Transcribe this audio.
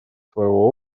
своего